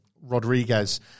Rodriguez